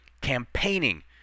campaigning